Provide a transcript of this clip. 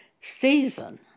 season